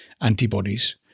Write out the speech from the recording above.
antibodies